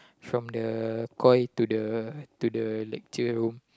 from the koi to the to the lecture room